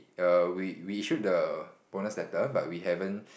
err we we issued the bonus letter but we haven't